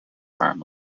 farm